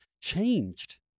changed